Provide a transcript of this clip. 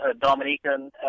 Dominican